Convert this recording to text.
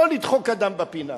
לא לדחוק אדם לפינה.